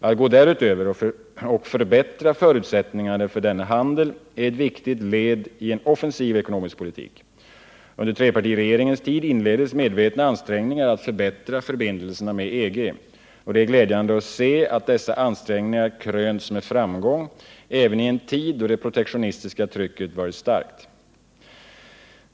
Att gå därutöver och förbättra förutsättningarna för denna handel är ett viktigt led i en offensiv ekonomisk politik. Under trepartiregeringens tid inleddes medvetna ansträngningar att förbättra förbindelserna med EG. Det är glädjande att se att dessa ansträngningar krönts med framgång även i en tid då det protektionistiska trycket varit starkt.